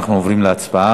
אנחנו עוברים להצבעה.